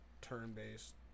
turn-based